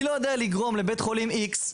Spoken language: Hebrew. אני לא יודע לגרום לבית חולים X,